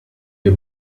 you